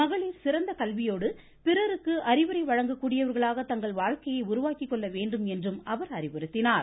மகளிர் சிறந்த கல்வியோடு பிறருக்கு அறிவுரை வழங்கக்கூடியவர்களாக கங்கள் வாழ்க்கையை உருவாக்கி கொள்ள வேண்டும் என்றும் அவர் அறிவுறுத்தினார்